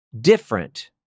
different